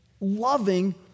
loving